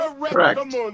Correct